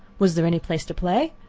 was there any place to play?